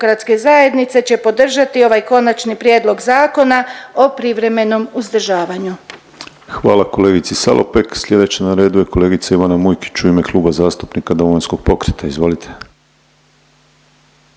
Hvala kolegici Salopek. Sljedeća na redu je kolegica Ivana Mujkić u ime Kluba zastupnika Domovinskog pokreta. Izvolite.